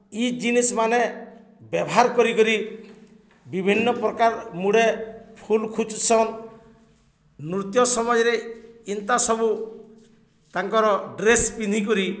ଇ ଜିନିଷ୍ମାନେ ବ୍ୟବହାର୍ କରିକରି ବିଭିନ୍ନପ୍ରକାର୍ ମୁଡ଼େ ଫୁଲ୍ ଖୁଚ୍ସନ୍ ନୃତ୍ୟ ସମୟରେ ଏନ୍ତା ସବୁ ତାଙ୍କର ଡ୍ରେସ୍ ପିନ୍ଧିିକରି